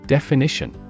Definition